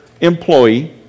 employee